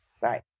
right